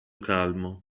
calmo